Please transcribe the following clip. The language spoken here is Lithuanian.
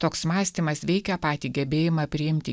toks mąstymas veikia patį gebėjimą priimti